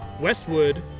Westwood